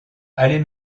allez